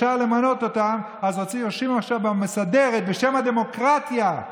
צריך לתת גם להם את מה שמגיע להם,